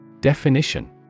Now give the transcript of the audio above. Definition